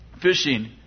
Fishing